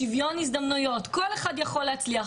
שוויון הזדמנויות - "כל אחד יכול להצליח",